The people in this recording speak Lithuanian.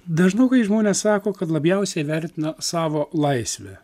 dažnokai žmonės sako kad labiausiai vertina savo laisvę